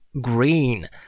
Green